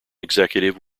executive